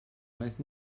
wnaeth